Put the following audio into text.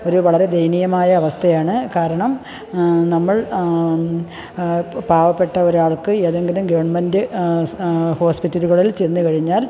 ഒരു വളരെ ദയനീയമായ അവസ്ഥയാണ് കാരണം നമ്മൾ പാവപ്പെട്ട ഒരാൾക്ക് ഏതെങ്കിലും ഗവൺമെൻറ്റ് ഹോസ്പിറ്റലുകളിൽ ചെന്ന് കഴിഞ്ഞാൽ